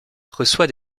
reçoit